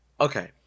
okay